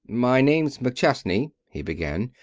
my name's mcchesney, he began.